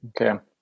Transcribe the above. Okay